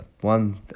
one